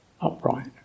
upright